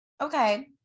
okay